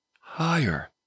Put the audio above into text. higher